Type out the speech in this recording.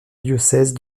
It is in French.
diocèse